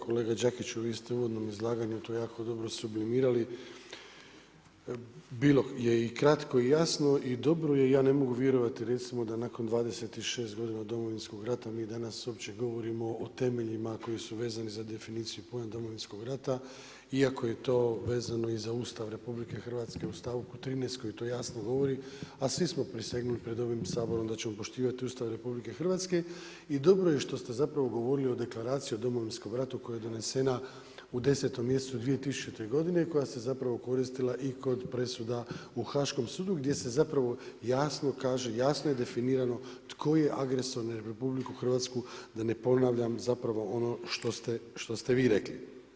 Kolega Đakiću, vi ste u uvodnom izlaganju to jako dobro sublimirali, bilo je i kratko i jasno i dobro i ja ne mogu vjerovati recimo da nakon 26 godina Domovinskog rata, mi danas uopće govorimo o temeljima koji su vezani za definiciju pojma Domovinskog rata iako je to vezano i za Ustav RH u stavku 13. koji to jasno govori a svi smo prisegnuli pred ovim Saborom da ćemo poštivati Ustav RH i dobro je što ste zapravo govorilo o deklaraciji o Domovinskom ratu koja je donesena u 10. mjesecu 2000. godine i koja se zapravo koristila i kod presuda u Haškom sudu gdje je zapravo definirano tko je agresor na RH da ne ponavljam zapravo ono što ste vi rekli.